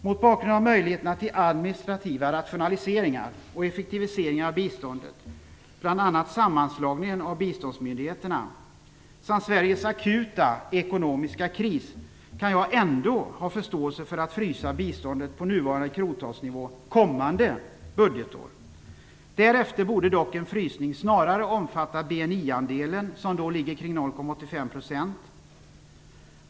Mot bakgrund av möjligheterna till administrativa rationaliseringar och effektiviseringar av biståndet, bl.a. sammanslagningen av biståndsmyndigheterna, samt Sveriges akuta ekonomiska kris, kan jag ändå ha förståelse för att frysa biståndet på nuvarande krontalsnivå kommande budgetår. Därefter borde dock en frysning snarare omfatta BNI-andelen, som då ligger kring 0,85 %.